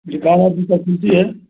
दुकान आपकी कब खुलती है